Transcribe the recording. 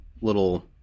little